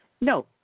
no